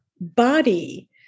body